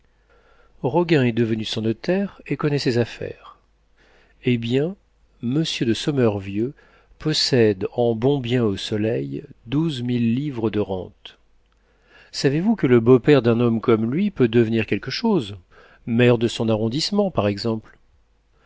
roguin est devenu son notaire et connaît ses affaires eh bien monsieur de sommervieux possède en bons biens au soleil douze mille livres de rente savez-vous que le beau-père d'un homme comme lui peut devenir quelque chose maire de son arrondissement par exemple